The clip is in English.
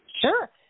Sure